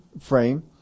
frame